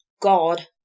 God